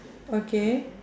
okay